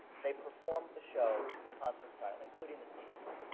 they performed the show concert-style, including the scenes.